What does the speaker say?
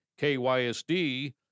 KYSD